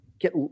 get